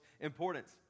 importance